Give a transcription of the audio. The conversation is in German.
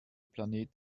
planet